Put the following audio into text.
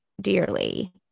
dearly